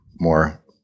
more